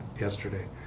yesterday